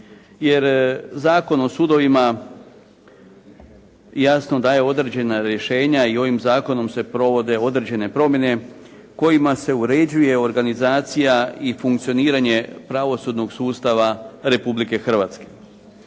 Jer Zakon o sudovima jasno daje određena rješenja i ovim zakonom se provode određene promjene kojima se uređuje organizacija i funkcioniranje pravosudnog sustava Republike Hrvatske.